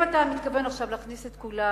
אם אתה מתכוון עכשיו להכניס את כולם,